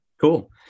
cool